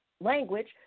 language